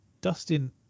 Dustin